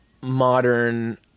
modern